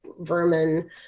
vermin